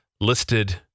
listed